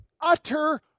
utter